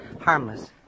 harmless